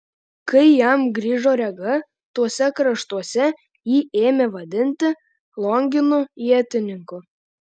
kai jam grįžo rega tuose kraštuose jį ėmė vadinti longinu ietininku